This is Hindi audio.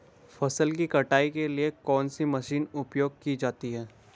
फसल की कटाई के लिए कौन सी मशीन उपयोग की जाती है?